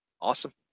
Awesome